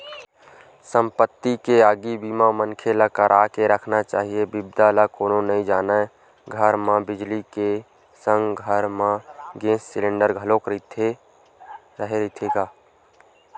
संपत्ति के आगी बीमा मनखे ल करा के रखना चाही बिपदा ल कोनो नइ जानय घर म बिजली के संग घर म गेस सिलेंडर घलोक रेहे रहिथे